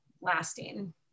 lasting